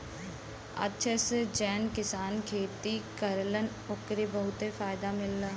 अचछा से जौन किसान खेती करलन ओके बहुते फायदा मिलला